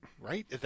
Right